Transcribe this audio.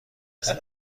مثل